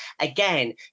again